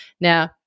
Now